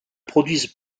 produisent